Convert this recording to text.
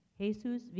Jesus